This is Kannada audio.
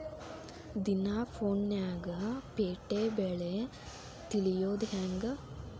ದಿನಾ ಫೋನ್ಯಾಗ್ ಪೇಟೆ ಬೆಲೆ ತಿಳಿಯೋದ್ ಹೆಂಗ್?